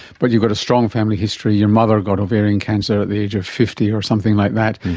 but you've got a strong family history, your mother got ovarian cancer at the age of fifty or something like that,